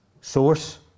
source